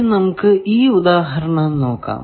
ഇനി നമുക്ക് ഈ ഉദാഹരണം നോക്കാം